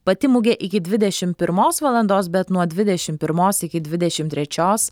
pati mugė iki dvidešimt pirmos valandos bet nuo dvidešimt pirmos iki dvidešimt trečios